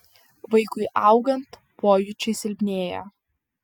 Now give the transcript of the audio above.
vaikui augant pojūčiai silpnėja